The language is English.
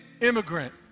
immigrant